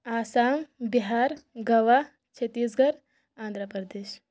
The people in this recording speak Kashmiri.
آسام بِہار گوا چھتیس گڑھ آندھرا پردیش